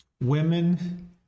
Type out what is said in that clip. women